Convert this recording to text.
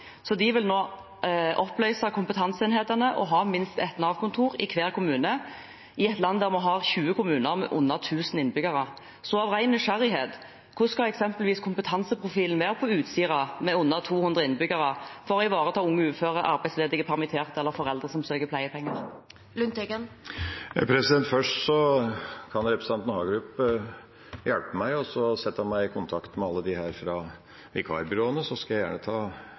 De vil nå oppløse kompetanseenhetene og ha minst ett Nav-kontor i hver kommune, i et land der vi har 20 kommuner med under 1 000 innbyggere. Så av ren nysgjerrighet: Hvordan skal eksempelvis kompetanseprofilen være på Utsira, som har under 200 innbyggere, for å ivareta unge uføre, arbeidsledige, permitterte og foreldre som søker om pleiepenger? Først kan representanten Hagerup hjelpe meg og sette meg i kontakt med alle disse fra vikarbyråene, så skal jeg gjerne ta